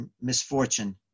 misfortune